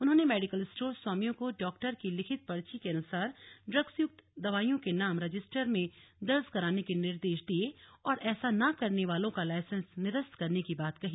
उन्होंने medical store स्वामियों को डॉक्टर की लिखित पर्ची के अनुसार ड्रग्सयुक्त दवाइयों के नाम रजिस्टर में दर्ज करने के निर्देश दिये और ऐसा न करने वालों का लाइसेंस निरस्त करने की बात कही